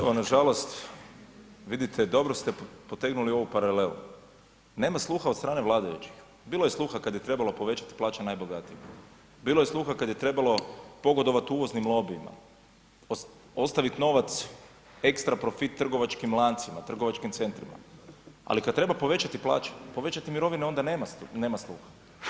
Pa evo nažalost, vidite dobro ste potegnuli ovu paralelu, nema sluha od strane vladajućih, bilo je sluha kad je trebalo povećati plaće najbogatijima, bilo je sluha kad je trebalo pogodovat uvoznim lobijima, ostavit novac, ekstra profit trgovačkim lancima, trgovačkim centrima, ali kad treba povećati plaće, povećati mirovine, onda nema sluha.